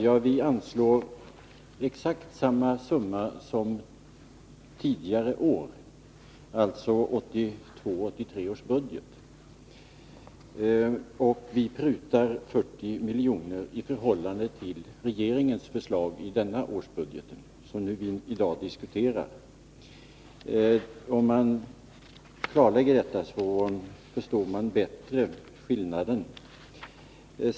Ja, vi anslår exakt samma summa som tidigare år, alltså enligt 1982/83 års budget, och vi prutar 40 miljoner i förhållande till regeringens förslag i detta års budget, alltså den som vi i dag diskuterar. Om detta klarläggs, förstår man bättre skillnaden.